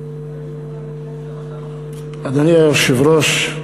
אדוני היושב-ראש,